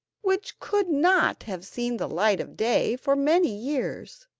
which could not have seen the light of day for many years.